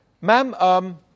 Ma'am